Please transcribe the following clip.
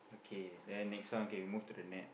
k then next one okay move to the net